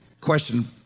question